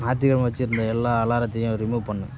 ஞாயிற்றுக்கெழம வைச்சிருந்த எல்லா அலாரத்தையும் ரிமூவ் பண்ணு